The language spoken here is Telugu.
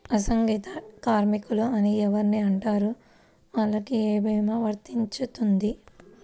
అసంగటిత కార్మికులు అని ఎవరిని అంటారు? వాళ్లకు ఏ భీమా వర్తించుతుంది?